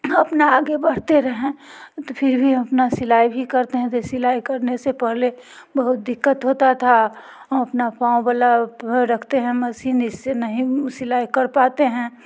अपना आगे बढ़ते रहें तो फिर भी अपना सिलाई भी करते हैं तो सिलाई करने से पहले बहुत दिक्कत होता था अपना गाँव वाला घर रखते हैं मसीन इससे नहीं सिलाई कर पाते हैं